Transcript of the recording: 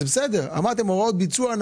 אמרתם שתעשו הוראות ביצוע.